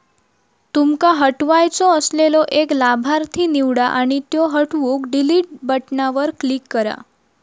तुमका हटवायचो असलेलो एक लाभार्थी निवडा आणि त्यो हटवूक डिलीट बटणावर क्लिक करा